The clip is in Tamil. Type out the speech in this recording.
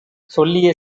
சொல்லிய